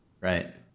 Right